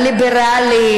הליברלית,